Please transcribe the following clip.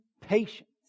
Patience